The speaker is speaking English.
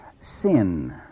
sin